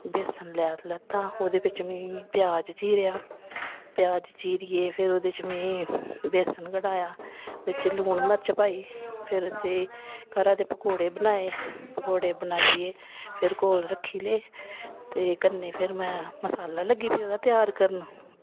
बेसन लैता ओह्दे बिच में इंया प्याज़ चीरेआ प्याज़ चीरियै फिर में ओह्दे च बेसन पाया बिच लून मर्च पाई फिर उसी घरा दे पकौड़े बनाए पकौड़े बनाइयै फिर कोल रक्खी लै ते फिर कन्नै में मसाला लग्गी पेई त्यार करन